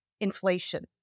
inflation